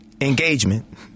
engagement